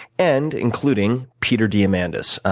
and including peter diamandis.